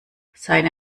seine